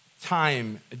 time